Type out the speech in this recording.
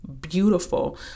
beautiful